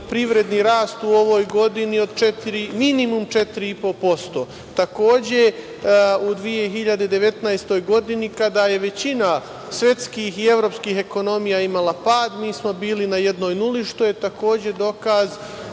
privredni rast u ovoj godini minimum 4,5%. Takođe, u 2019. godini, kada je većina svetskih i evropskih ekonomija imala pad, mi smo bili na jednoj nuli, što je takođe dokaz